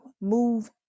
move